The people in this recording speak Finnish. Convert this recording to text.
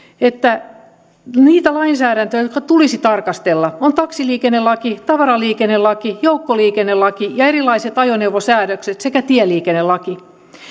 että niitä lainsäädäntöjä joita tulisi tarkastella ovat taksiliikennelaki tavaraliikennelaki joukkoliikennelaki ja erilaiset ajoneuvosäädökset sekä tieliikennelaki